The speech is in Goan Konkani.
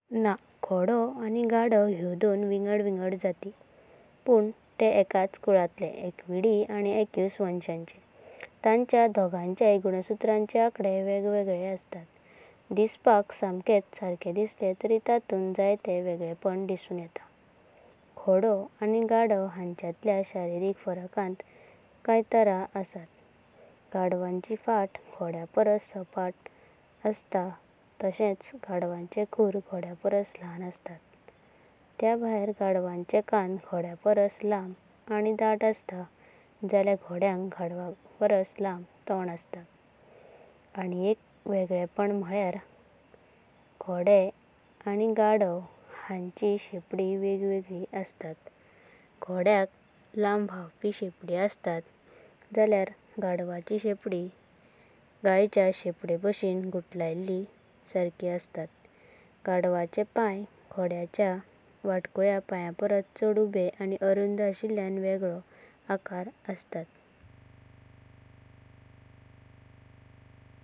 ना, घोडे आनी गाढव ह्यो दोन विंगड-विंगड जाती पुण ते एकाचा कुलांतले, एकविडी आनी एक्यूसा वंशाचे। तांच्या दोगाण्याच्या गुणसत्रांचे आकडे वेगवेगळी असता। दिसापाका समाकेचा सारके दिसले तरी ततुंत जयते वेगळेपण दिसून येता। घोडे आनी गाढवा हांचेमादल्या शारीरिक फरकांत प्ऱकानात काय तर असता। गाढवान्ची फ़ाटा घोड्यापरस सापटा असता। तशेच गाढवांचे खुड़ा घोड्यांपर्स ल्हाण असतात। ते बयार गाढवांचे काणा घोड्यापरस लाम्ब आनी दांता असतात जाले यार घोड्यांक गाढवापरस लाम्ब तोंड असता। आनी एक वेगळेपण म्हळ्यांर घोडे आनी गाढवा हांची शेंपडी वेगवेगळी असता। घोड्यंका लाम्ब भावांपी शेंपडी असता, जाल्यारा गाढवाची शेंपडी गयाचें शेंपडेभाषेण घुटल्यला सारकी असतात। गाढवांचे पांया घोड्याचा वाटाकुळ्या पांयापरस चढा उबे आनी अरुंद अशिल्ल्याना वेगला आकार असता।